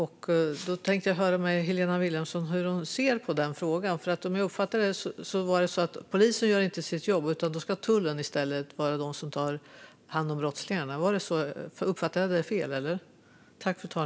Jag tänkte höra med Helena Vilhelmsson hur hon ser på den här frågan, för om jag uppfattade henne rätt var det så att polisen inte gör sitt jobb, så i stället ska tullen vara de som tar hand om brottslingarna. Var det så, eller uppfattade jag det fel?